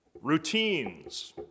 Routines